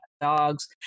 dogs